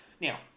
now